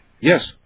Yes